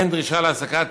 אין דרישה להעסקת